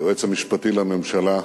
היועץ המשפטי לממשלה,